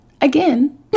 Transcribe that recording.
again